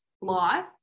life